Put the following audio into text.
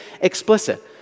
explicit